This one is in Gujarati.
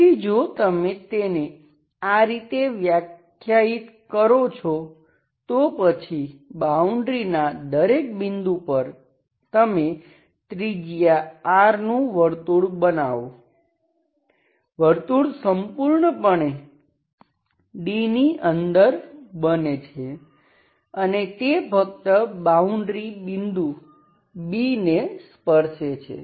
તેથી જો તમે તેને આ રીતે વ્યાખ્યાયિત કરો છો તો પછી બાઉન્ડ્રીના દરેક બિંદુ પર તમે ત્રિજ્યા R નું વર્તુળ બનાવો વર્તુળ સંપૂર્ણપણે D ની અંદર બને છે અને તે ફક્ત બાઉન્ડ્રી બિંદુ B ને સ્પર્શે છે